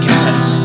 Cats